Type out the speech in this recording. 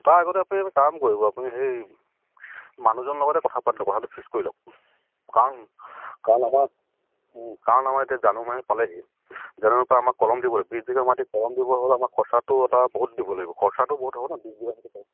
তাৰ আগতে আপুনি কাম কৰিব আপুনি সেই মানুহজন লগতে কথা পাতি লওক কথাটো ফিক্স কৰি লওক কাৰণ কাৰণ আমাৰ কাৰণ আমাৰ এতিয়া জানুৱাৰী মাহ পালেহি জানুৱাৰীৰ পৰা আমাৰ কলম দিব কলম দিব হ'লে আমাক খৰচটো এটা বহুত দিব লাগিব খৰচাটো বহুত হ'ব